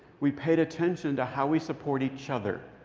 we paid attention to how we support each other.